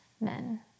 men